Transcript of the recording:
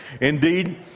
Indeed